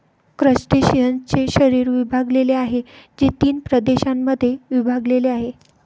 क्रस्टेशियन्सचे शरीर विभागलेले आहे, जे तीन प्रदेशांमध्ये विभागलेले आहे